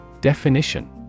Definition